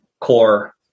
core